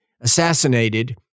assassinated